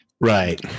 Right